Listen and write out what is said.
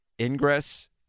Ingress